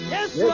Yes